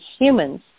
humans